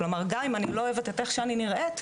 כלומר גם את אני לא אוהבת את איך שאני נראית,